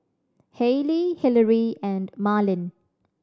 Hailey Hillery and Marlin